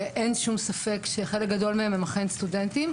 ואין שום ספק שחלק גדול מהם הם אכן סטודנטים.